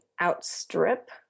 outstrip